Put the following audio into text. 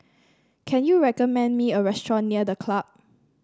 can you recommend me a restaurant near The Club